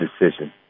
decision